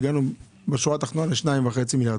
הגענו בשורה התחתונה לשניים וחצי מיליארד,